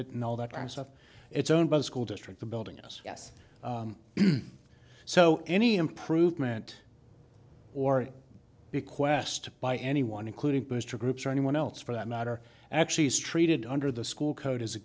in all that our stuff it's owned by the school district the building yes yes so any improvement or bequest by anyone including booster groups or anyone else for that matter actually is treated under the school code as a